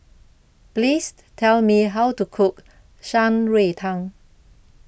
Please Tell Me How to Cook Shan Rui Tang